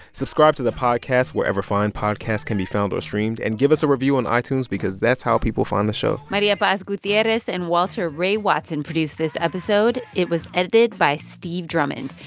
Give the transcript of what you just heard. subscribe to the podcast wherever fine podcasts can be found or streamed and give us a review on itunes because that's how people find the show maria paz gutierrez and walter ray watson produced this episode. it was edited by steve drummond.